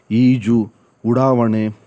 ಈಜು ಉಡಾವಣೆ